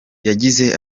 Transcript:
yagize